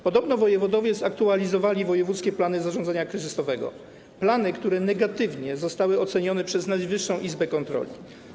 Podobno wojewodowie zaktualizowali wojewódzkie plany zarządzania kryzysowego - plany, które zostały negatywnie ocenione przez Najwyższą Izbę Kontroli.